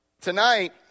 tonight